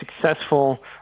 successful